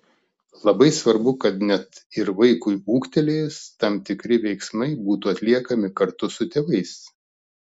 labai svarbu kad net ir vaikui ūgtelėjus tam tikri veiksmai būtų atliekami kartu su tėvais